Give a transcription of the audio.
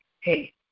Hey